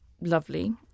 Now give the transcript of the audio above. lovely